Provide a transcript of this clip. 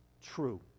True